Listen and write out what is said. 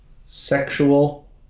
sexual